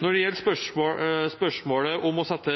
Når det gjelder spørsmålet om å sette